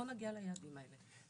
לא נגיע ליעדים האלה.